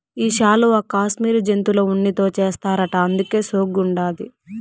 ఈ శాలువా కాశ్మీరు జంతువుల ఉన్నితో చేస్తారట అందుకే సోగ్గుండాది